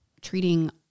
treating